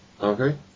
Okay